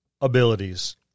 abilities